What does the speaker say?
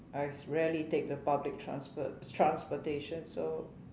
I rarely take the public transport transportation so